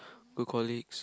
good colleagues